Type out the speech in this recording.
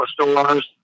stores